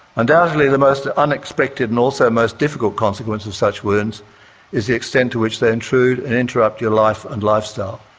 undoubtedly the most unexpected and also most difficult consequence of such wounds is the extent to which they intrude and interrupt your life and lifestyle.